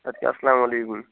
اَدٕ کیٛاہ اَسلامُ علیکُم